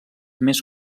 més